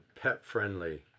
pet-friendly